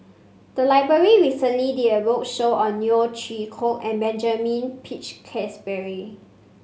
the library recently did a roadshow on Neo Chwee Kok and Benjamin Peach Keasberry